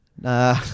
Nah